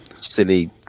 silly